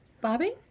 Bobby